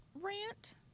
rant